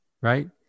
right